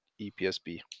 EPSB